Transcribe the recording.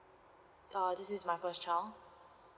uh this is my first child